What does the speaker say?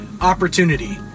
opportunity